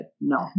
No